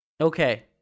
Okay